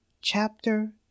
chapter